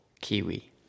Kiwi